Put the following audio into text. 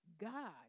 God